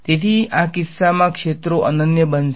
તેથી આ કિસ્સામાં ક્ષેત્રો અનન્ય બનશે